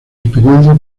experiencia